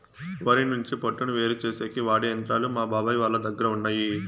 వరి నుంచి పొట్టును వేరుచేసేకి వాడె యంత్రాలు మా బాబాయ్ వాళ్ళ దగ్గర ఉన్నయ్యి